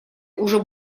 уже